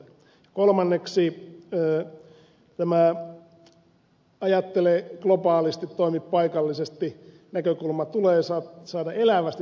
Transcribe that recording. kolmanneksi tämä ajattele globaalisti toimi paikallisesti näkökulma tulee saada elävästi toimivaksi